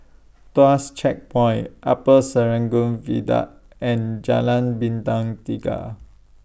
Tuas Checkpoint Upper Serangoon Viaduct and Jalan Bintang Tiga